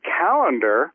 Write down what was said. calendar